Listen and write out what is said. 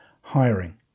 hiring